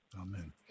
Amen